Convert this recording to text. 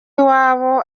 iwabo